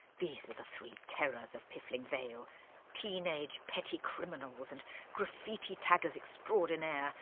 these were the three terrors of piffling vale teenage petty criminals and graffiti taggers extraordinaire,